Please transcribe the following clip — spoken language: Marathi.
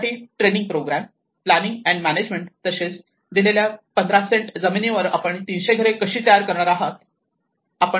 त्यासाठी training program planning and management तसेच दिलेल्या 15 सेंट जमिनीवर आपण 300 घरे कशी तयार करणार आहात